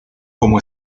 como